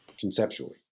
Conceptually